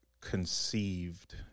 conceived